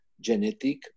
genetic